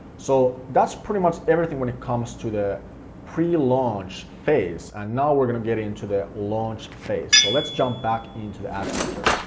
so that's pretty much everything when it comes to the prelaunch phase, and now we're gonna get into the launch phase, so let's jump back into the ads manager.